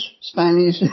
Spanish